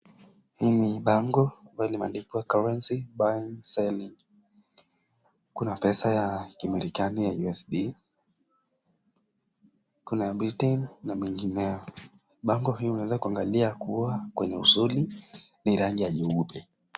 Hii ni bango ambalo limeandikwa currency, buying, selling kuna pesa ya kimarekani ya USD, Kuna ya Britain na mengineo. Bango hii unaweza kuangalia kuwa kwenye usuli ni ya rangi ya nyeupe.